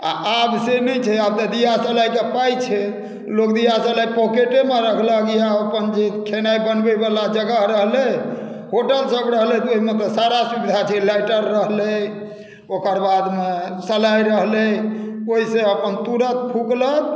आ आब से नहि छै आब तऽ दियासलाइके पाइ छै लोक दियासलाइ पौकेटेमे रखलक या अपन जे खेनाइ बनबैवला जगह रहलै होटलसभ रहलै तऽ ओहिमे के सारा सुविधा छै लाइटर रहलै ओकर बादमे सलाइ रहलै ओहिसँ अपन तुरन्त फुकलक